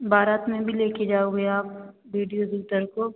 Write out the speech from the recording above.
बारात में भी लेकर जाओगे आप वीडियो एडिटर को